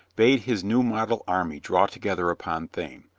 bade his new model army draw together upon thame.